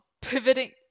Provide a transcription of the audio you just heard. pivoting